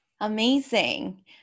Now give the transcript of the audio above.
Amazing